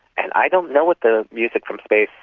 and i don't know what the music from space,